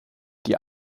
die